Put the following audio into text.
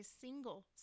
single